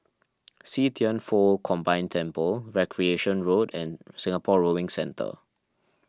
See Thian Foh Combined Temple Recreation Road and Singapore Rowing Centre